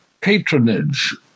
patronage